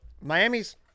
Miami's